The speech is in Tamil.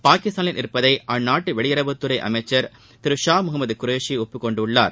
பாகிஸ்தானில் இருப்பதை அந்நாட்டு வெளியுறவுத்துறை அமைச்சர் திரு ஷா முகமது குரேஷி ஒப்புக்கொண்டுள்ளார்